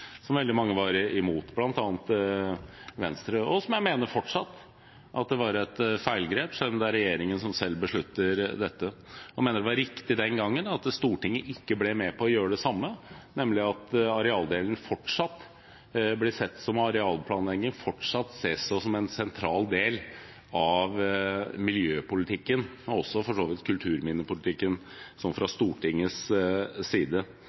som veldig mange var imot, bl.a. Venstre. Jeg mener fortsatt at det var et feilgrep, selv om det er regjeringen som beslutter dette selv. Jeg mente den gangen at det var riktig at Stortinget ikke ble med på å gjøre det samme, og at arealplanlegging fortsatt ble sett på som en sentral del av miljøpolitikken – også for så vidt av kulturminnepolitikken – fra Stortingets side.